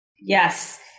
Yes